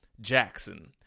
Jackson